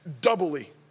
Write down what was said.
doubly